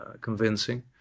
convincing